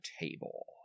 table